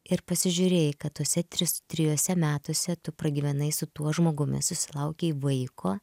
ir pasižiūrėjai kad tose trys trijuose metuose tu pragyvenai su tuo žmogumi susilaukei vaiko